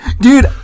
dude